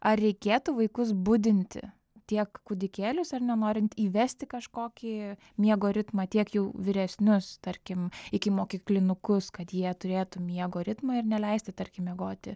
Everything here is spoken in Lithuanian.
ar reikėtų vaikus budinti tiek kūdikėlius ar ne norint įvesti kažkokį miego ritmą tiek jau vyresnius tarkim ikimokyklinukus kad jie turėtų miego ritmą ir neleisti tarkim miegoti